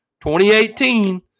2018